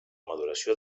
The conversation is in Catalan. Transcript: maduració